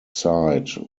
site